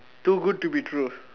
too good to be true